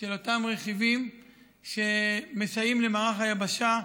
של אותם רכיבים שמסייעים למערך היבשה,